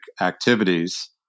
activities